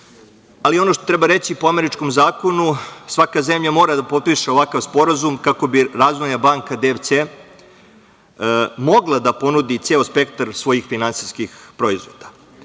ono što treba reći, po američkom zakonu, svaka zemlja mora da potpiše ovakav sporazum kako bi Razvojna banka DFC mogla da ponudi ceo spektar svojih finansijskih proizvoda.